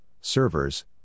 servers